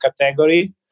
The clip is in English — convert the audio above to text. category